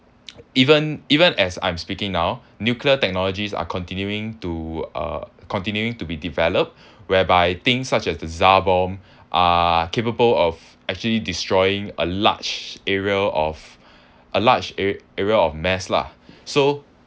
even even as I'm speaking now nuclear technologies are continuing to uh continuing to be develop whereby things such as the tsar bomb are capable of actually destroying a large area of a large ar~ area of mass lah so